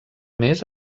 més